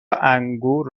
انگور